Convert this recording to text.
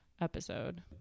episode